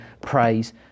Praise